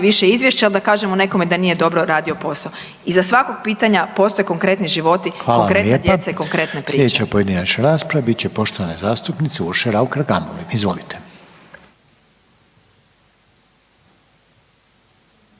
više izvješća, a da kažemo nekome da nije dobro radio posao. Iza svakog pitanja postoje konkretni životi, konkretna djeca i konkretne priče. **Reiner, Željko (HDZ)** Hvala. Sljedeća pojedinačna rasprava bit će poštovane zastupnice Urše Raukar Gamulin. Izvolite.